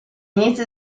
inizi